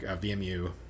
VMU